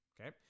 Okay